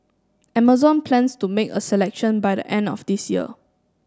Amazon plans to make a selection by the end of this year